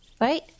right